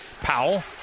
Powell